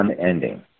unending